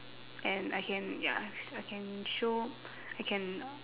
and I can ya s~ I can show I can